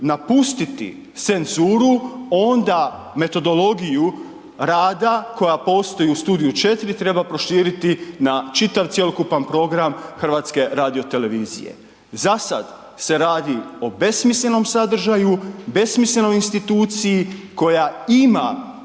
napustiti senssuru, onda metodologiju rada koja postoji u „Studiju 4“, treba proširiti na čitav cjelokupan program HRT-a. Zasad se radi o besmislenom sadržaju, besmislenoj instituciji koja ima